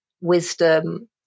wisdom